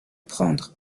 prendre